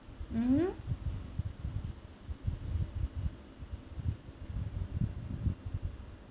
mmhmm